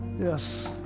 Yes